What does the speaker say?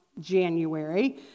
January